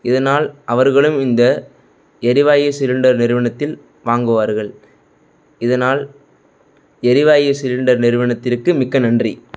இதனால் அவர்களும் இந்த எரிவாயு சிலிண்டர் நிறுவனத்தில் வாங்குவார்கள் இதனால் எரிவாயு சிலிண்டர் நிறுவனத்திற்கு மிக்க நன்றி